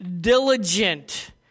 diligent